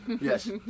Yes